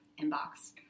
inbox